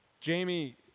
Jamie